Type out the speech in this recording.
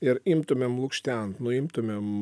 ir imtumėm lukštent nuimtumėm